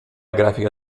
grafica